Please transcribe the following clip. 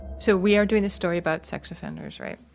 so, we are doing this story about sex offenders, right?